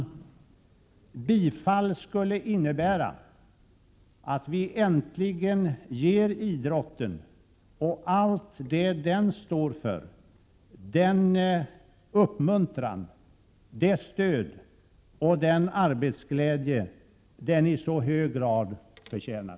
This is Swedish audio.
Bifall till de moderata motionerna skulle innebära att vi äntligen ger idrotten, och allt det den står för, den uppmuntran, det stöd och den arbetsglädje den i så hög grad förtjänar.